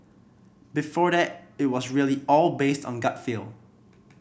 before that it was really all based on gut feel